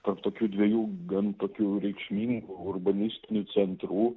tarp tokių dviejų gan tokių reikšmingų urbanistinių centrų